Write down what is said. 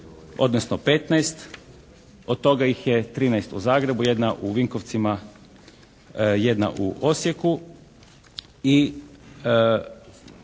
odnosno 15, od toga ih je 13 u Zagrebu, 1 u Vinkovcima, 1 u Osijeku